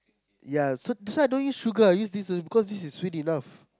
ya so that's why I don't use sugar I use this always because this is sweet enough